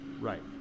Right